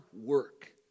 work